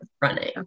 running